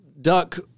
Duck